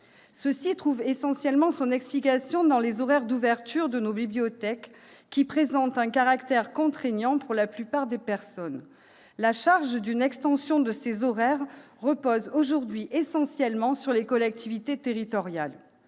Pour l'essentiel, cela s'explique par les horaires d'ouverture de nos bibliothèques, qui présentent un caractère contraignant pour la plupart des personnes. La charge d'une extension de ces horaires repose aujourd'hui essentiellement sur les collectivités territoriales.